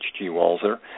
HGWalzer